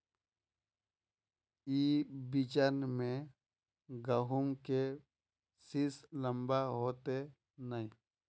ई बिचन में गहुम के सीस लम्बा होते नय?